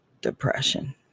depression